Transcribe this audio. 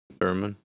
Thurman